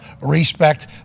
Respect